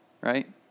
right